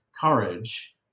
courage